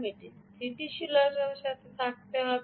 এটি স্থিতিশীলতার সাথে করতে হবে